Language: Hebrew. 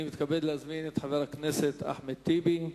אני מתכבד להזמין את חבר הכנסת אחמד טיבי,